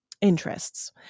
interests